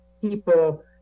people